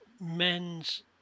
men's